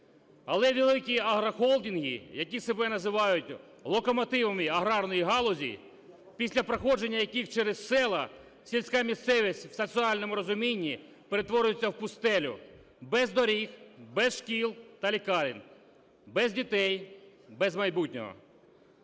Але великі агрохолдинги, які себе називають локомотивами аграрної галузі, після проходження яких через села сільська місцевість в соціальному розумінні перетворюється в пустелю: без доріг, без шкіл та лікарень, без дітей, без майбутнього.